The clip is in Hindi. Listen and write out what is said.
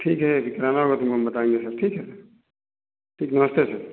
ठीक है ज कराना होगा तो हम बताएंगे सर ठीक है ठीक नमस्ते सर